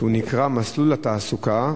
שנקרא מסלול התעסוקה,